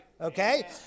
okay